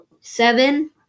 Seven